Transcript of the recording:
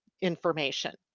information